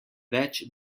več